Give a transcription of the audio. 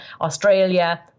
Australia